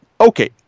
okay